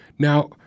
Now